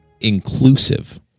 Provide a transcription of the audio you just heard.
inclusive